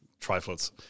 trifles